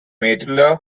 medulla